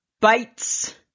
bites